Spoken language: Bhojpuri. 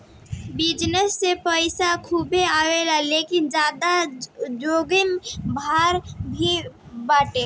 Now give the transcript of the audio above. विजनस से पईसा खूबे आवेला लेकिन ज्यादा जोखिम भरा भी बाटे